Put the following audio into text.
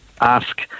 ask